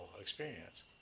experience